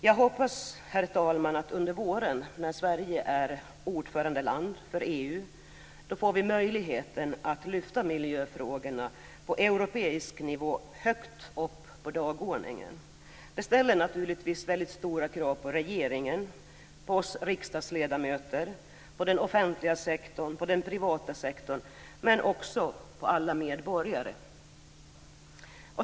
Jag hoppas, herr talman, att vi under våren när Sverige är ordförandeland för EU får möjlighet att lyfta miljöfrågorna på europeisk nivå högt upp på dagordningen. Det ställer naturligtvis stora krav på regeringen, på oss riksdagsledamöter, på den offentliga sektorn, på den privata sektorn men också på alla medborgare.